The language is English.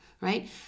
right